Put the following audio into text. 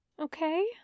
Okay